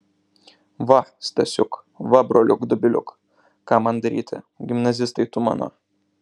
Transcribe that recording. va stasiuk va broliuk dobiliuk ką man daryti gimnazistai tu mano